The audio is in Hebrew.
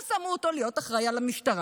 אז שמו אותו להיות אחראי על המשטרה,